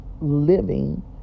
living